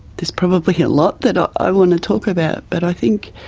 there's probably a lot that ah i want to talk about, but i think